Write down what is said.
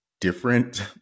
different